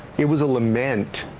it was a love meant